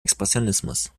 expressionismus